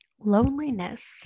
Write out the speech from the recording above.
Loneliness